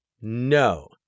No